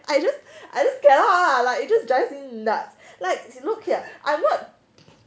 I just I just cannot ah like it just drives me nuts like look here I'm not